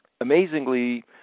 amazingly